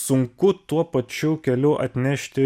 sunku tuo pačiu keliu atnešti